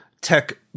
tech